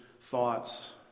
thoughts